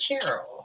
Carol